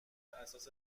اساس